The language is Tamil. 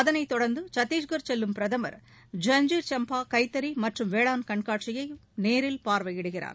அதைத்தொடரந்து சத்தீஸ்கர் செல்லும் பிரதமர் ஜான்ஜிகிர் சம்பாவில் கைத்தறி மற்றும் வேளாண் கண்காட்சியை பிரதமர் நேரில் பார்வையிடுகிறார்